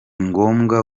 ngombwa